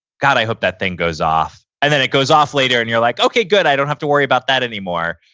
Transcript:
god, i hope that thing goes off. and then, it goes off later, and you're like, okay. good. i don't have to worry about that anymore.